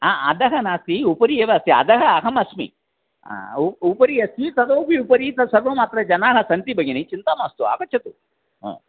अधः नास्ति उपरि एव अस्ति अधः अहम् अस्मि उपरि अस्ति ततोपि उपरि तत् सर्वम् अत्र जनाः सन्ति भगिनि चिन्ता मास्तु आगच्छतु हा